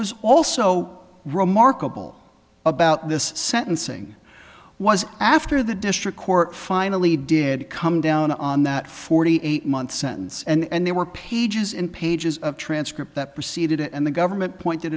was also remarkable about this sentencing was after the district court finally did come down on that forty eight month sentence and there were pages and pages of transcripts that preceded it and the government pointed